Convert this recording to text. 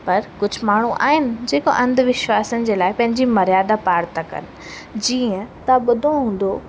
पर कुझु माण्हू आहिनि जेका अंधविश्वासनि जे लाइ पंहिंजी मर्यादा पार था कनि जीअं तव्हां ॿुधो हूंदो